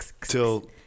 till